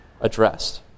addressed